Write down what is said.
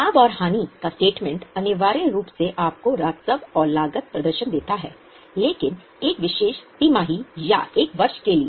लाभ और हानि का स्टेटमेंट अनिवार्य रूप से आपको राजस्व और लागत प्रदर्शन देता है लेकिन एक विशेष तिमाही या एक वर्ष के लिए